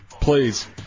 please